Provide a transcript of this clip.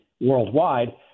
worldwide